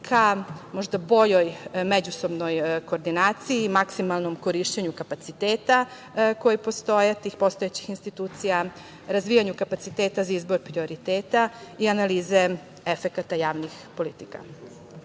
ka, možda boljoj međusobnoj koordinaciji i maksimalnom korišćenju kapaciteta koji postoje tih postojećih institucija, razvijanju kapaciteta za izbor prioriteta i analize efekata javnih politika. Rashodi,